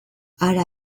hara